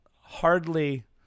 hardly